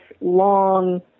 long